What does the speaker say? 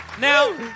Now